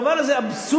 הדבר הזה אבסורדי.